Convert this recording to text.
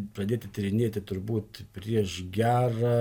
pradėti tyrinėti turbūt prieš gerą